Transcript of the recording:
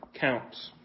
counts